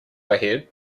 ahead